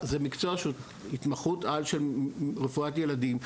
זה מקצוע שהוא התמחות על של רפואת ילדים,